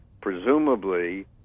presumably